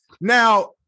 now